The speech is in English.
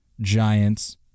Giants